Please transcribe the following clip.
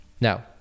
now